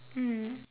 mm